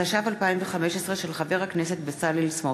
התשע"ו 2015, מאת חבר הכנסת בצלאל סמוטריץ.